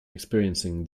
experiencing